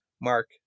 mark